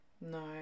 No